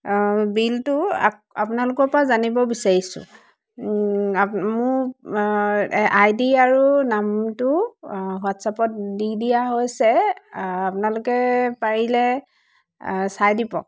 বিলটো আপোনালোকৰ পৰা জানিব বিচাৰিছোঁ মোৰ আই ডি আৰু নামটো হোৱাটছএপত দি দিয়া হৈছে আপোনালোকে পাৰিলে চাই দিব